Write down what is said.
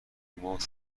مفت